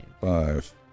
Five